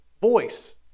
voice